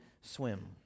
swim